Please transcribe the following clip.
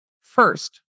First